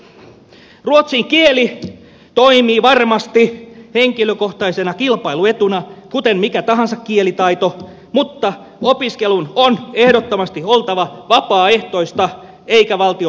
ruotsin kieli toimii varmasti henkilökohtaisena kilpailuetuna kuten mikä tahansa kielitaito mutta opiskelun on ehdottomasti oltava vapaaehtoista eikä valtion pakottamaa